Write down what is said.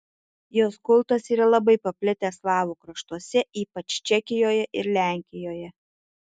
jos kultas yra labai paplitęs slavų kraštuose ypač čekijoje ir lenkijoje